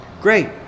Great